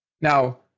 Now